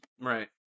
Right